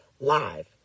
live